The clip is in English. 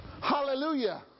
Hallelujah